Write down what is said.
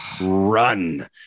run